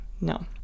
no